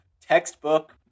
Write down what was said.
Textbook